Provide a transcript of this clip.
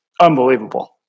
unbelievable